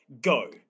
Go